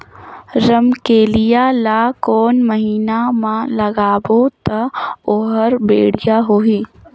रमकेलिया ला कोन महीना मा लगाबो ता ओहार बेडिया होही?